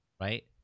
right